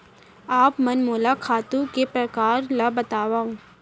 आप मन मोला खातू के प्रकार ल बतावव?